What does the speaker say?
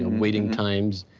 um waiting times.